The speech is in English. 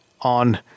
on